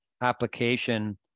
application